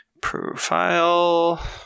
Profile